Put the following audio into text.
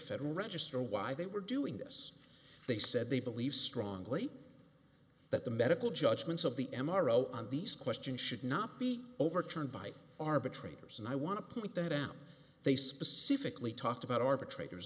federal register why they were doing this they said they believe strongly that the medical judgments of the m r o on these questions should not be overturned by arbitrators and i want to point that out they specifically talked about arbit